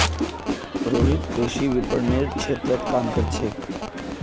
रोहित कृषि विपणनेर क्षेत्रत काम कर छेक